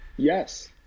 Yes